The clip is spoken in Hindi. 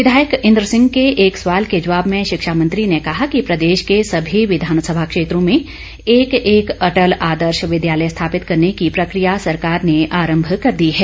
विधायक इंद्र सिंह के एक सवाल के जवाब में शिक्षा मंत्री ने कहा कि प्रदेश के समी विधानसभा क्षेत्रों में एक एक अटल आदर्श विद्यालय स्थापित करने की प्रक्रिया सरकार ने आरंभ कर दी है